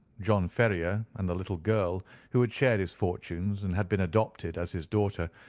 john ferrier and the little girl who had shared his fortunes and had been adopted as his daughter,